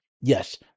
Yes